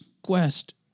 Quest